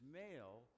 male